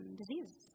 disease